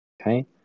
Okay